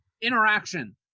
interaction